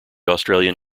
australian